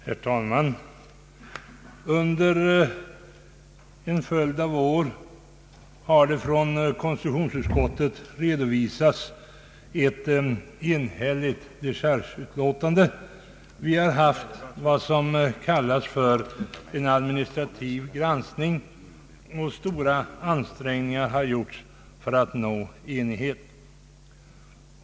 Herr talman! Under en följd av år har det från konstitutionsutskottet redovisats ett enhälligt dechargeutlåtande. Vi har haft vad som kallas för en administrativ granskning, och man har gjort stora ansträngningar för att nå enighet.